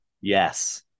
yes